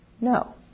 No